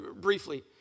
briefly